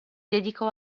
dedicò